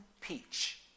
peach